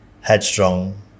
headstrong